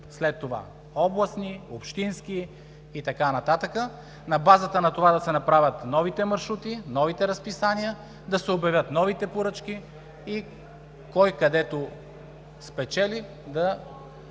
след това – областни, общински и така нататък. На базата на това да се направят новите маршрути, новите разписания, да се обявят новите поръчки и кой където спечели, да